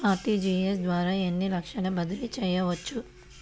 RTGS ద్వారా ఎన్ని లక్షలు బదిలీ చేయవచ్చు?